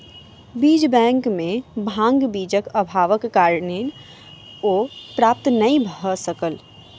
बीज बैंक में भांग बीजक अभावक कारणेँ ओ प्राप्त नै भअ सकल